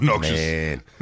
Man